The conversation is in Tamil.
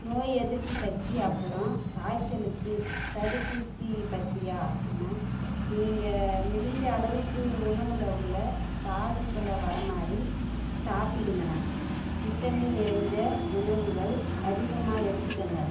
நோய் எதிர்ப்பு சக்தி அப்புறம் காய்ச்சலுக்கு தடுப்பூசி பற்றியா அண்ணன் நீங்கள் முடிஞ்ச அளவுக்கு உணவில் உள்ள தாதுக்கள்ல வர மாதிரி சாப்பிடுங்கண்ணன் விட்டமின் நிறைஞ்ச உணவுகள் அதிகமாக எடுத்துக்கோங்கள்